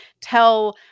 Tell